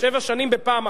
שבע שנים בפעם אחת.